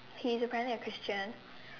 he is apparently a Christian